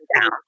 down